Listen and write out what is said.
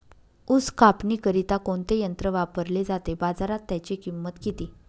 ऊस कापणीकरिता कोणते यंत्र वापरले जाते? बाजारात त्याची किंमत किती?